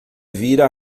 vira